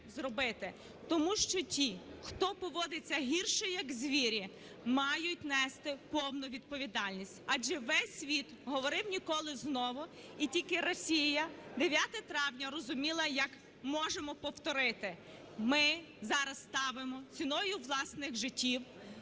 тому що ті, хто поводиться гірше, як звірі, мають нести повну відповідальність, адже весь світ говорив "ніколи знову" і тільки Росія 9 травня розуміла як "можемо повторити". Ми зараз ставимо ціною власних життів,